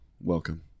welcome